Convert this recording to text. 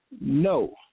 no